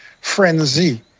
frenzy